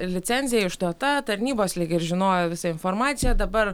licenzija išduota tarnybos lyg ir žinojo visą informaciją dabar